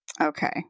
Okay